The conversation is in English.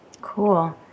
Cool